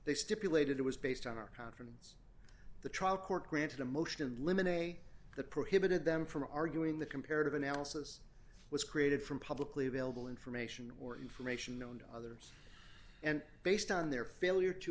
they stipulated it was based on our conference the trial court granted a motion in limine a the prohibited them from arguing that comparative analysis was created from publicly available information or information known to others and based on their failure to